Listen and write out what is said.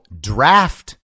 draft